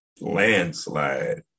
landslide